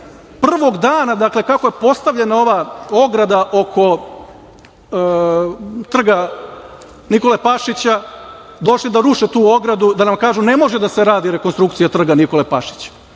prvog dana kako je postavljena ova ograda oko Trga Nikole Pašića, došli da ruše tu ogradu, da nam kažu da ne može da se radi rekonstrukcija Trga Nikole Pašića.